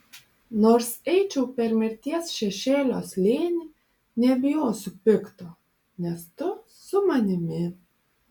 nors eičiau per mirties šešėlio slėnį nebijosiu pikto nes tu su manimi